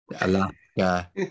Alaska